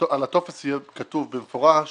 שעל הטופס יהיה מצוין במפורש